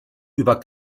über